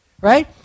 right